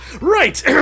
Right